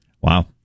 Wow